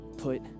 put